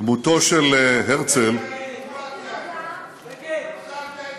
דמותו של הרצל, אתה פוחד מהדמוקרטיה.